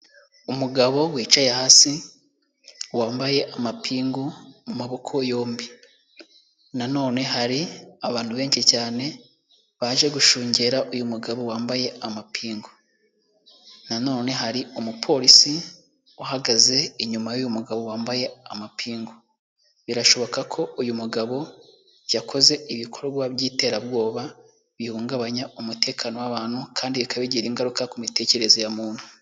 Umugabo wicaye hasi, wambaye amapingu mu maboko yombi. Na none hari abantu benshi cyane, baje gushungera uyu mugabo wambaye amapingu. Na none hari umupolisi uhagaze inyuma y'uyu mugabo wambaye amapingu. Birashoboka ko uyu mugabo yakoze ibikorwa by'iterabwoba, bihungabanya umutekano w'abantu kandi bikaba bigira ingaruka ku mitekerereze ya muntu.